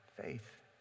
faith